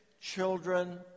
children